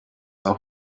auf